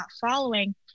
following